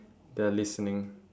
they are listening